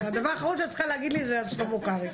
הדבר האחרון שאת צריכה להגיד לי זה על שלמה קרעי,